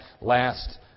last